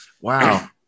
Wow